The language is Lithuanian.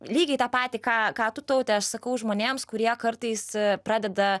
lygiai tą patį ką ką tu taute aš sakau žmonėms kurie kartais pradeda